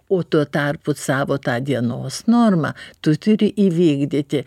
o tuo tarpu savo tą dienos normą tu turi įvykdyti